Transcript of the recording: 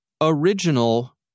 original